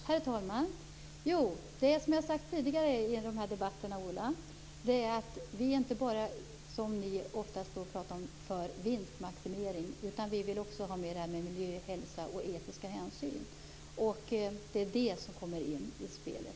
Herr talman! Som jag har sagt tidigare i de här debatterna, Ola Karlsson, pratar inte vi, som ni oftast gör, för vinstmaximering. Vi vill också ha med miljö, hälsa och etiska hänsyn. Det är det som kommer in i spelet.